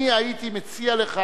אני הייתי מציע לך,